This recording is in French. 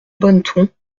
bonneton